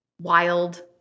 wild